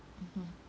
mmhmm